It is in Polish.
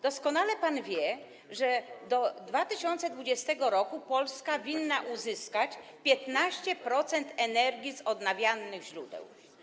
Doskonale pan wie, że do 2020 r. Polska powinna uzyskiwać 15% energii z odnawialnych źródeł.